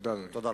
תודה רבה.